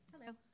Hello